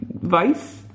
Vice